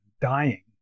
Dying